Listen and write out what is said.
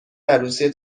عروسی